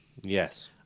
Yes